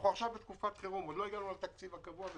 אנחנו עכשיו בתקופת חירום ועוד לא הגענו לתקציב הקבוע.